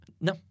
No